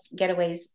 getaways